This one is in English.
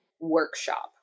workshop